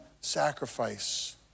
sacrifice